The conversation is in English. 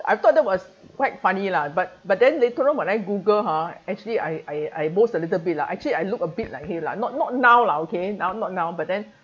I thought that was quite funny lah but but then later on when I google ha actually I I I boasts a little bit lah actually I look a bit like her lah not not now lah okay now not now but then